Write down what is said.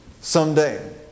someday